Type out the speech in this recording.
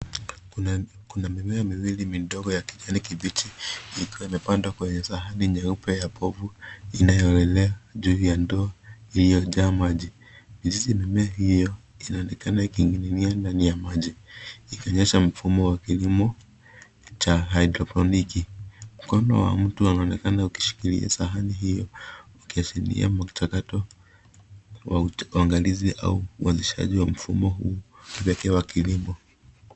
Kuna mimea miwili midogo ya kijani kibichi ikiwa imepandwa kwenye sahani nyeupe ya povu inayoelea juu ya ndoo iliyojaa maji. Mizizi mimea hiyo inaonekana ikining'inia ndani ya maji, ikionyesha mfumo wa kilimo cha hydroponics . Mkono wa mtu unaonekana ukishikilia sahani hiyo, ukiashiria mchakato wa uangalizi au uanzishaji wa mfumo huu pekee wa kilimo.